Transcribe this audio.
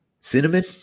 Cinnamon